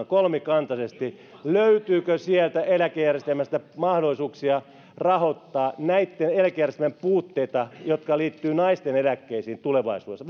kolmikantaisesti löytyykö eläkejärjestelmästä mahdollisuuksia rahoittaa näitä eläkejärjestelmän puutteita jotka liittyvät naisten eläkkeisiin tulevaisuudessa